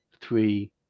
three